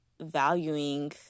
valuing